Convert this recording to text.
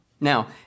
Now